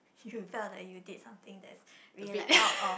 you felt that you'll did something that's really like out of